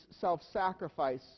self-sacrifice